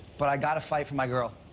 but i gotta fight for my girl.